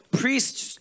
priests